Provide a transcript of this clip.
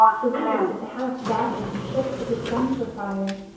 the windows of the house rattled and shook as if guns were firing,